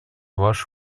вашу